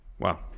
Wow